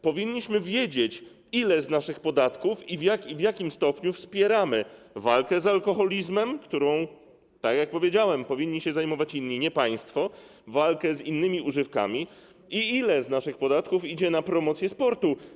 Powinniśmy wiedzieć, ile z naszych podatków i w jakim stopniu wspiera walkę z alkoholizmem, którą - tak jak powiedziałem - powinni się zajmować inni, nie państwo, walkę z innymi używkami i ile z naszych podatków idzie na promocję sportu.